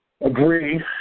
agree